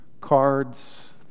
cards